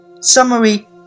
Summary